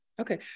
Okay